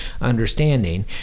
understanding